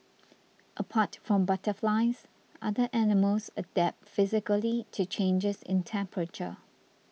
apart from butterflies other animals adapt physically to changes in temperature